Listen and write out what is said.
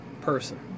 person